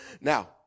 Now